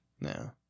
No